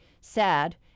sad